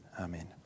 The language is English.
Amen